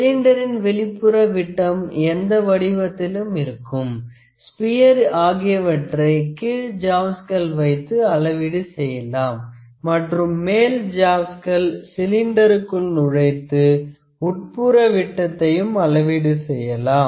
சிலிண்டரின் வெளிப்புற விட்டம் எந்த வடிவத்திலும் இருக்கும் ஸ்பியர் ஆகியவற்றை கீழ் ஜாவ்ஸ்கள் வைத்து அளவீடு செய்யலாம் மற்றும் மேல் ஜாவ்ஸ்கள் சிலிண்டருக்குள் நுழைத்து உட்புற விட்டத்தை அளவீடு செய்யலாம்